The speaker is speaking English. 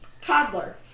toddler